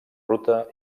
ruta